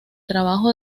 trabajo